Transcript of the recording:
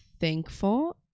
thankful